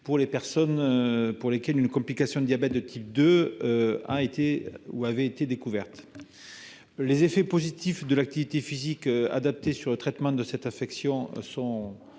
pour les personnes pour lesquelles une complication du diabète de type 2 a été où avait été découverte les effets positifs de l'activité physique adaptée sur le traitement de cette affection sont